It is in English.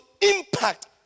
impact